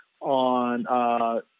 on